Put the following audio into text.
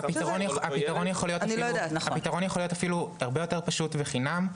הפתרון יכול להיות אפילו הרבה יותר פשוט וחינם,